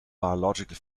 biological